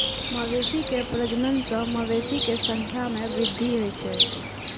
मवेशी के प्रजनन सं मवेशी के संख्या मे वृद्धि होइ छै